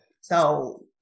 So-